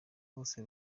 bose